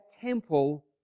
temple